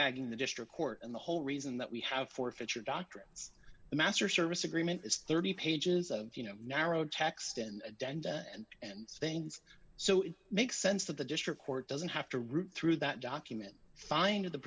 ging the district court and the whole reason that we have forfeit your doctrines the master service agreement is thirty pages of you know narrow text in denver and things so it makes sense that the district court doesn't have to root through that document find